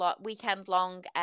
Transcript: weekend-long